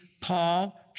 Paul